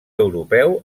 europeu